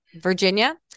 Virginia